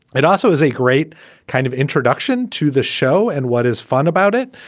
it also is a great kind of introduction to the show and what is fun about it.